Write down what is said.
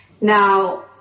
Now